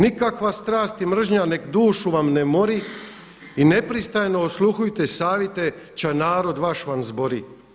Nikakva strast i mržnja nek dušu vam ne mori i nepristrano osluhujte savite, ča narod vaš vam zbori.